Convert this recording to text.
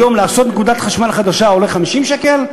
היום לעשות נקודת חשמל חדשה עולה 50 שקל,